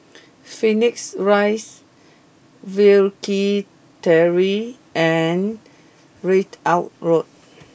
Phoenix Rise Wilkie Terrace and Ridout Road